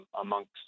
amongst